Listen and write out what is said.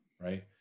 Right